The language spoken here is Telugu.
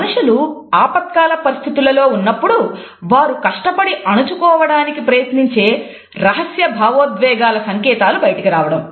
మనుషులు ఆపత్కాల పరిస్థితులలో ఉన్నప్పుడు వారు కష్టపడి అణచుకోవడానికి ప్రయత్నించే రహస్య భావోద్వేగాల సంకేతాలు బయటకు రావడం